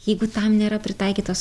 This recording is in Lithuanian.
jeigu tam nėra pritaikytos